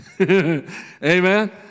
Amen